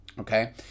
Okay